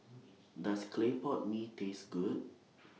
Does Clay Pot Mee Taste Good